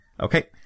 okay